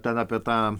ten apie tą